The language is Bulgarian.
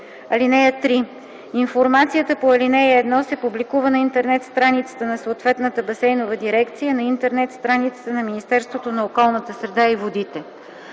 т. 3. (3) Информацията по ал. 1 се публикува на интернет страницата на съответната басейнова дирекция и на интернет страницата на Министерството на околната среда и водите.